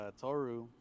Toru